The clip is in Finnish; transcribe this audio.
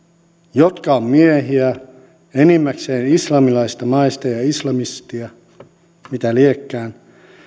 jotka ovat miehiä enimmäkseen islamilaista maista ja ja islamisteja mitä liekään